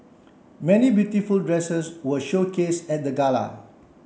many beautiful dresses were showcased at the gala